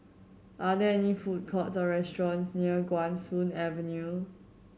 are there any food courts or restaurants near Guan Soon Avenue